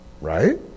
right